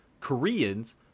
Koreans